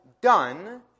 done